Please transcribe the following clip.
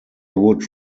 would